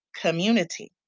community